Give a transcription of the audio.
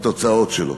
בתוצאות שלו.